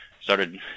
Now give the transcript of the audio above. started